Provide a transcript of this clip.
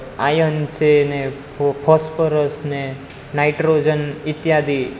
iron છેને ફોસ્ફરસને nitrogen ઇત્યાદિ